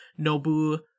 Nobu